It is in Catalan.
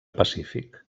pacífic